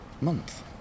month